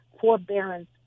forbearance